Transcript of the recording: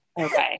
okay